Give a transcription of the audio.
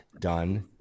done